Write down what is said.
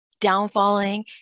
downfalling